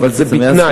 אבל זה בתנאי,